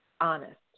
honest